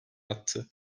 attı